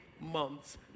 months